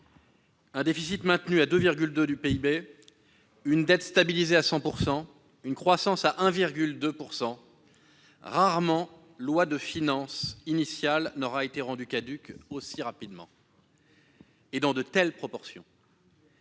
un déficit maintenu à 2,2 % du PIB, une dette stabilisée à 100 %, une croissance à 1,2 %... Rarement loi de finances initiale aura été rendue caduque aussi rapidement, et dans de telles proportions